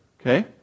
Okay